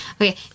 Okay